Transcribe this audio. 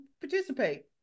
participate